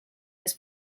his